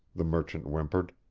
the merchant whimpered.